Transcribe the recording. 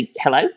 hello